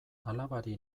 alabari